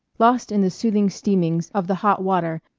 lost in the soothing steamings of the hot water,